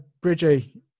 Bridgie